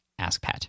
askpat